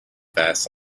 fast